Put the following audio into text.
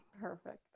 perfect